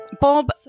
Bob